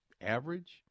average